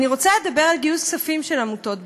אני רוצה לדבר על גיוס כספים של עמותות בישראל.